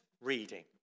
reading